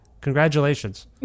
congratulations